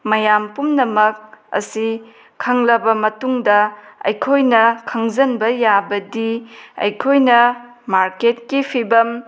ꯃꯌꯥꯝ ꯄꯨꯝꯅꯃꯛ ꯑꯁꯤ ꯈꯪꯂꯕ ꯃꯇꯨꯡꯗ ꯑꯩꯈꯣꯏꯅ ꯈꯪꯖꯤꯟꯕ ꯌꯥꯕꯗꯤ ꯑꯩꯈꯣꯏꯅ ꯃꯥꯔꯀꯦꯠꯀꯤ ꯐꯤꯚꯝ